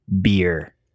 beer